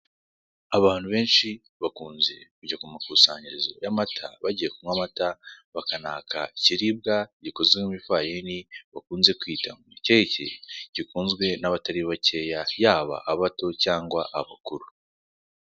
Abantu benshi bakunze kujya kumakusanyirizo y'amata bagiye kunkwa amata bakanaka ikiribwa gikozwe mw'ifarini bakunze kwita keke gikunzwe n'abatari bakeya yaba abato cyangwa abakuru.